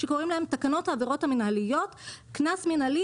שקוראים להן תקנות עבירות המנהליות קנס מנהלי,